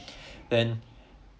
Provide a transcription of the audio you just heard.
then